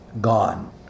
gone